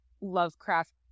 Lovecraft